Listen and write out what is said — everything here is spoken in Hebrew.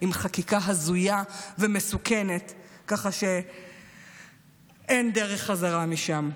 עם חקיקה הזויה ומסוכנת, ככה שאין דרך חזרה משם.